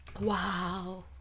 wow